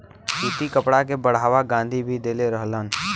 सूती कपड़ा के बढ़ावा गाँधी भी देले रहलन